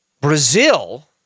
Brazil